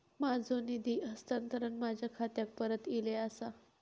माझो निधी हस्तांतरण माझ्या खात्याक परत इले आसा